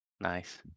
Nice